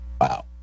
Wow